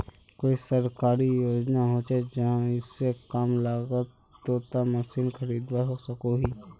कोई सरकारी योजना होचे जहा से कम लागत तोत मशीन खरीदवार सकोहो ही?